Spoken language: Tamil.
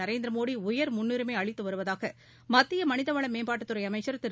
நரேந்திர மோடி உயர் முன்னுரிமை அளித்து வருவதாக மத்திய மனிதவள மேம்பாட்டுத் துறை அமைச்சர் திரு